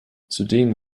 zudem